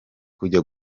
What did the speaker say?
kujya